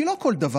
כי לא על כל דבר,